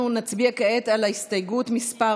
אנחנו נצביע כעת על הסתייגות מס'